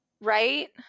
Right